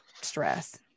stress